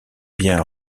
bien